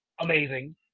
amazing